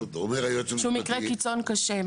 שהוא מקרה קיצון קשה מאוד.